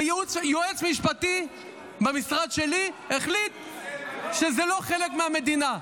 ויועץ משפטי במשרד שלי החליט שזה לא חלק מהמדינה.